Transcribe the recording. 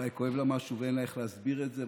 אולי כואב לה משהו ואין לה איך להסביר את זה,